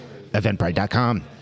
eventbrite.com